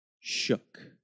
shook